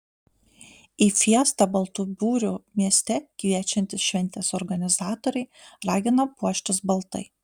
į fiestą baltų burių mieste kviečiantys šventės organizatoriai ragina puoštis baltai